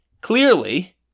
clearly